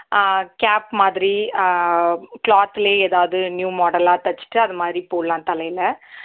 gap மாதிரி க்ளாத்திலே எதாவது நியூ மாடலாக தைச்சிட்டு அதுமாதிரி போடலாம் தலையில்